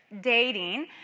dating